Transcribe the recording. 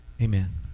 Amen